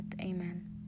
Amen